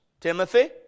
Timothy